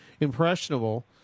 impressionable